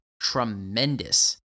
tremendous